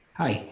hi